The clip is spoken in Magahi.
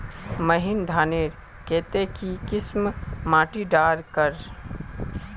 महीन धानेर केते की किसम माटी डार कर?